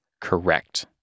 Correct